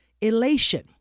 elation